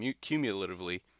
cumulatively